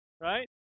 right